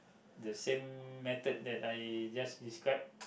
the same method that I just describe